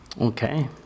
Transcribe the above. Okay